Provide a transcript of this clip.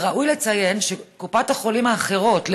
וראוי לציין שקופות החולים האחרות,